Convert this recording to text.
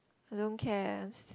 I don't cares